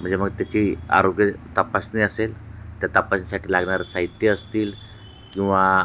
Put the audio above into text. म्हणजे मग त्याची आरोग्य तपासणे असेल त्या तपासणीसाठी लागणारं साहित्य असतील किंवा